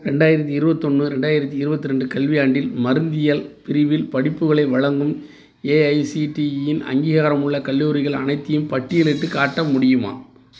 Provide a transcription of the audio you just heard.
ரெண்டாயிரத்தி இருபத்தொன்னு ரெண்டாயிரத்தி இருபத் ரெண்டு கல்வியாண்டில் மருந்தியல் பிரிவில் படிப்புகளை வழங்கும் ஏஐசிடிஇயின் அங்கீகாரமுள்ள கல்லூரிகள் அனைத்தையும் பட்டியலிட்டுக் காட்ட முடியுமா